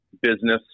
business